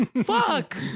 Fuck